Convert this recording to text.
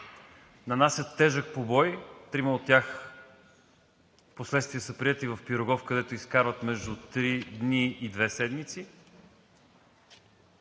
нанасят тежък побой – трима от тях впоследствие са приети в „Пирогов“, където изкарват между три дни и две седмици,